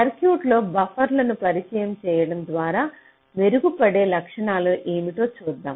సర్క్యూట్లో బఫర్ల ను ప్రవేశపెట్టడం ద్వారా మెరుగుపడే లక్షణాలు ఏమిటో చూద్దాం